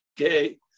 okay